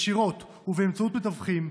ישירות ובאמצעות מתווכים,